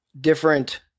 different